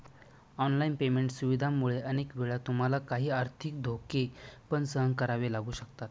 online payment सुविधांमुळे अनेक वेळा तुम्हाला काही आर्थिक धोके पण सहन करावे लागू शकतात